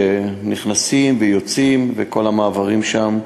שנכנסים ויוצאים וכל המעברים שם,